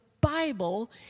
Bible